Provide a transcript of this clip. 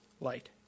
light